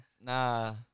Nah